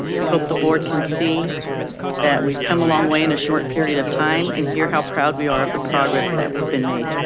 we hope the board can see that we've come a long way in a short period of time and hear how proud we are of the progress that has been made.